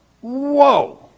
Whoa